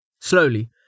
Slowly